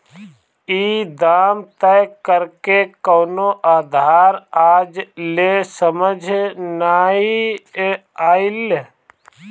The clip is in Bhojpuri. ई दाम तय करेके कवनो आधार आज ले समझ नाइ आइल